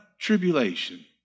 tribulation